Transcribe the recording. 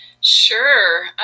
Sure